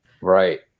Right